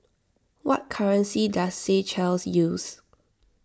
what currency does Seychelles use